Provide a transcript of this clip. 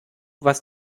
was